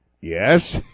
yes